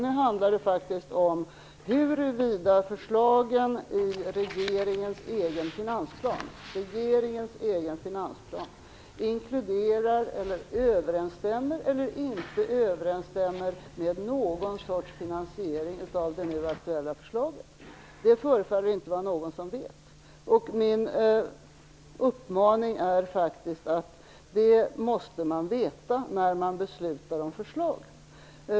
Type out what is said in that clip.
Nu handlar det faktiskt om huruvida förslagen i regeringens egen finansplan överensstämmer med någon sorts finansiering av det nu aktuella förslaget eller inte. Det förefaller inte vara någon som vet hur det är med den saken. Det måste man veta när man skall fatta beslut om förslaget!